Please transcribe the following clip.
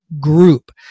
Group